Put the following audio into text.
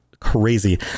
Crazy